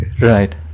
right